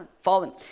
fallen